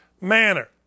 manner